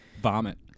vomit